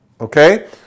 Okay